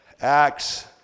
Acts